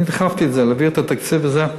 אני דחפתי את זה, להעביר את התקציב הזה.